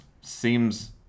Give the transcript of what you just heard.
seems